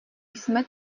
jsme